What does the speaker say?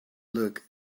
look